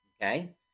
okay